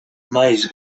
maiz